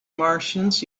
martians